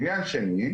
עניין שני,